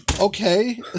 Okay